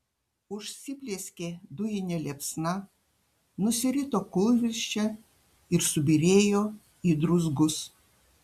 užsiplieskė dujine liepsna nusirito kūlvirsčia ir subyrėjo į druzgus